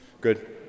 Good